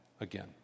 again